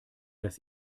das